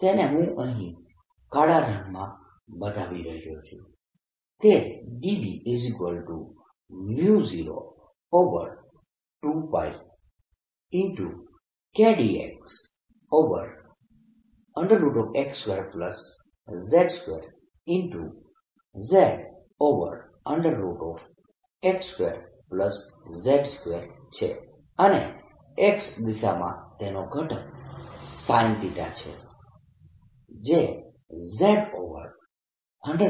તેને હું અહીં કાળા રંગમાં બતાવી રહ્યો છું તે dB02πKdxx2z2zx2z2 છે અને X દિશામાં તેનો ઘટક sin છે જે zx2z2 છે